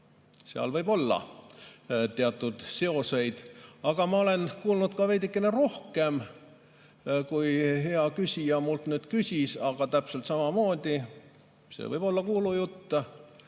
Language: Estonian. seal võib olla teatud seoseid. Ma olen kuulnud veidikene rohkemgi, kui hea küsija minult küsis, aga täpselt samamoodi võib seegi olla kuulujutt.